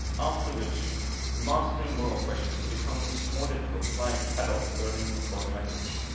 after which mastering moral questions becomes more difficult, like adults learning a foreign language.